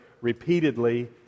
repeatedly